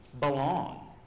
belong